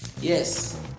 Yes